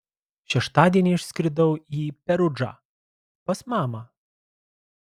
šeštadienį išskridau į perudžą pas mamą